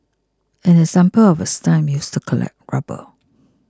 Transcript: an example of a stump used to collect rubber